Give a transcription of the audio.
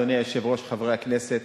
אדוני היושב-ראש, חברי הכנסת,